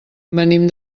venim